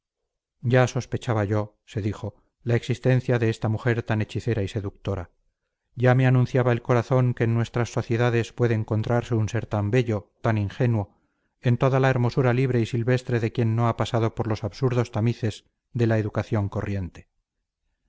ya sospechaba yo se dijo la existencia de esta mujer tan hechicera y seductora ya me anunciaba el corazón que en nuestras sociedades puede encontrarse un ser tan bello tan ingenuo en toda la hermosura libre y silvestre de quien no ha pasado por los absurdos tamices de la educación corriente